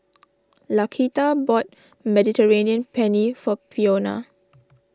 Laquita bought Mediterranean Penne for Fiona